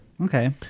Okay